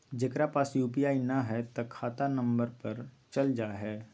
जेकरा पास यू.पी.आई न है त खाता नं पर चल जाह ई?